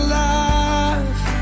life